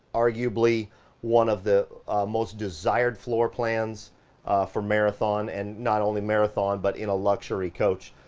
arguably one of the most desired floorplans for marathon and not only marathon, but in a luxury coach.